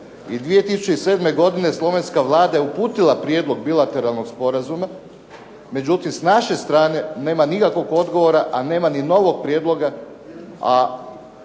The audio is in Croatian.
i 2007. godine slovenska Vlada je uputila prijedlog bilateralnog sporazuma, međutim s naše strane nema nikakvog odgovora, a nema ni novog prijedloga,